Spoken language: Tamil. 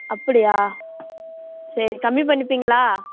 அப்படியா சரி கம்மி பண்ணிப்பீங்களா